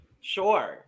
sure